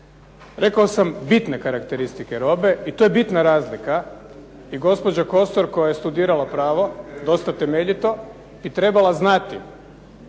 Rekao sam bitne karakteristike robe i to je bitna razlika. I gospođa Kosor koja je studirala pravo dosta temeljito bi trebala znati